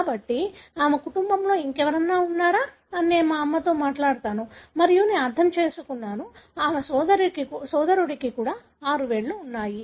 కాబట్టి ఆమె కుటుంబంలో ఇంకెవరైనా ఉన్నారా అని నేను మా అమ్మతో మాట్లాడతాను మరియు నేను అర్థం చేసుకున్నాను ఆమె సోదరుడికి కూడా ఆరు వేళ్లు ఉన్నాయి